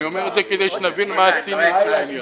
אני אומר את זה כדי שנבין מה הציניות שבעניין.